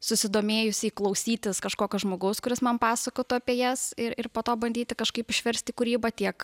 susidomėjusiai klausytis kažkokio žmogaus kuris man pasakotų apie jas ir po to bandyti kažkaip išverst į kūrybą tiek